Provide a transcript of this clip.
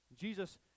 Jesus